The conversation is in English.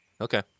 Okay